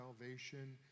salvation